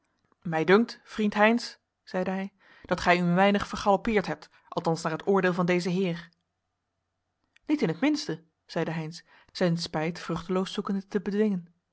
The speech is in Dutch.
mij dunkt vriend heynsz zeide hij dat gij u een weinig vergaloppeerd hebt althans naar het oordeel van dezen heer niet in het minste zeide heynsz zijn spijt vruchteloos zoekende te bedwingen